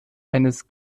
eines